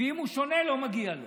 ואם הוא שונה, לא מגיע לו.